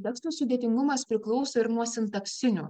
tekstų sudėtingumas priklauso ir nuo sintaksinių